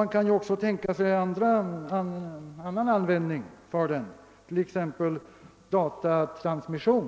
Vi kan ju också tänka oss annan användning av den, t.ex. för datatransmission.